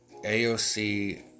AOC